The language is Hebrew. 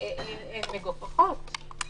הן מגוחכות.